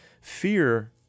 fear